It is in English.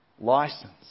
license